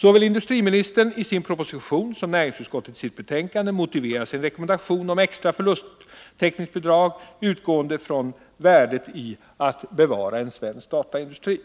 Såväl industriministern i sin proposition som näringsutskottet i sitt betänkande motiverar sin rekommendation om extra förlusttäckningsbidrag med utgångspunkt i värdet i att bevara en svensk dataindustri.